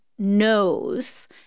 knows